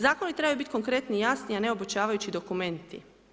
Zakoni trebaju biti konkretni i jasni, a ne obećavajući dokumenti.